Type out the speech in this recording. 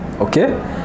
Okay